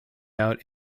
out